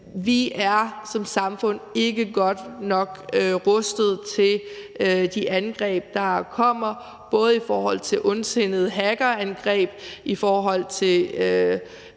Vi er som samfund ikke godt nok rustet til de angreb, der kommer, både i form af ondsindede hackerangreb og